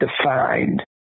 defined